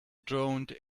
droned